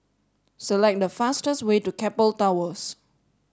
select the fastest way to Keppel Towers